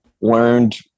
learned